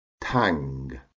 Tang